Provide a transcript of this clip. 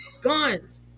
guns